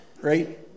right